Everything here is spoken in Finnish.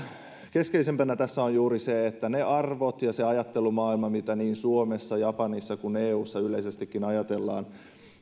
keskeisimpänä tässä on juuri se että ne arvot ja se ajattelumaailma mitä niin suomessa japanissa kuin eussa yleisestikin ajatellaan